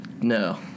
no